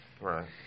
Right